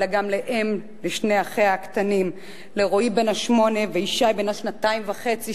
אלא גם לאם לשני אחיה הקטנים: לרועי בן השמונה ולישי בן השנתיים וחצי,